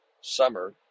summer